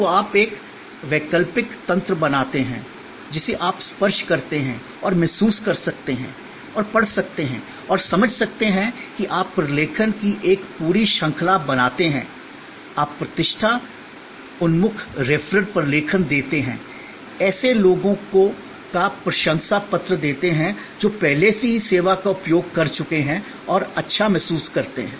तो आप एक वैकल्पिक तंत्र बनाते हैं जिसे आप स्पर्श कर सकते हैं और महसूस कर सकते हैं और पढ़ सकते हैं और समझ सकते हैं कि आप प्रलेखन की एक पूरी श्रृंखला बनाते हैं आप प्रतिष्ठा उन्मुख रेफरल प्रलेखन देते हैं ऐसे लोगों का प्रशंसापत्र देते हैं जो पहले से ही सेवा का उपयोग कर चुके हैं और अच्छा महसूस करते हैं